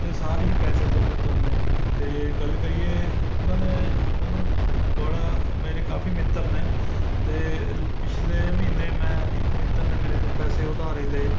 ਅਤੇ ਸਾਰੇ ਹੀ ਪੈਸੇ ਦੇ ਪੁੱਤਰ ਨੇ ਅਤੇ ਗੱਲ ਕਰੀਏ ਉਹਨਾਂ ਨੇ ਮੈਨੂੰ ਬੜਾ ਮੇਰੇ ਕਾਫੀ ਮਿੱਤਰ ਨੇ ਅਤੇ ਪਿਛਲੇ ਮਹੀਨੇ ਮੈਂ ਇੱਕ ਮਿੱਤਰ ਨੇ ਮੇਰੇ ਤੋਂ ਪੈਸੇ ਉਧਾਰੇ ਲਏ